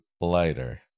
lighter